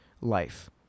life